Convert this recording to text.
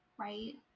right